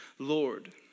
Lord